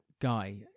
guy